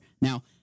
Now